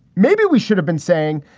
maybe we should have been saying,